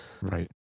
Right